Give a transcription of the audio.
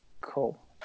Cool